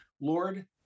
Lord